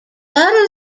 latter